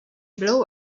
blow